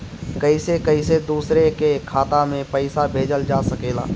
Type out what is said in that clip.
कईसे कईसे दूसरे के खाता में पईसा भेजल जा सकेला?